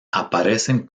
aparecen